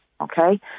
okay